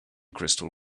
crystal